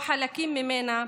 או חלקים ממנה,